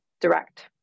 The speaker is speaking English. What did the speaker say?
direct